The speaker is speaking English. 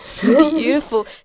Beautiful